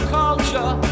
culture